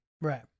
Right